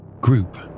Group